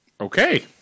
Okay